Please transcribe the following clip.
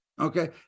okay